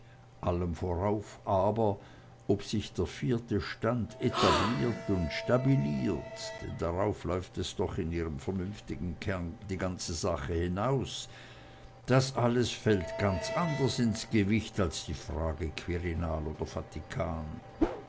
allem vorauf aber ob sich der vierte stand etabliert und stabiliert denn darauf läuft doch in ihrem vernünftigen kern die ganze sache hinaus das alles fällt ganz anders ins gewicht als die frage quirinal oder vatikan